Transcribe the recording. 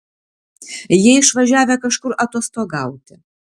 jie išvažiavę kažkur atostogauti